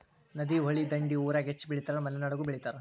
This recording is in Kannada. ನದಿ, ಹೊಳಿ ದಂಡಿ ಊರಾಗ ಹೆಚ್ಚ ಬೆಳಿತಾರ ಮಲೆನಾಡಾಗು ಬೆಳಿತಾರ